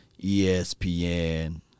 ESPN